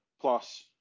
plus